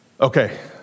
Okay